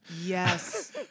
Yes